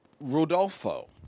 Rodolfo